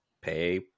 pay